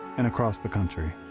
and across the country.